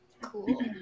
Cool